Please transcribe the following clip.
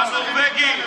יא נורבגי.